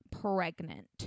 pregnant